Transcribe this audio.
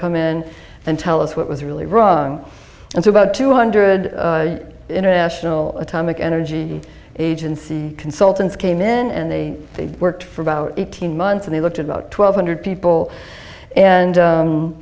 come in and tell us what was really wrong and so about two hundred international atomic energy agency consultants came in and they worked for about eighteen months and he looked at about twelve hundred people and